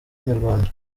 inyarwanda